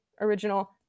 original